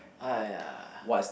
ah ya